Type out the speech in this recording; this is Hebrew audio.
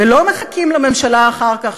ולא מחכים לממשלה אחר כך,